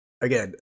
again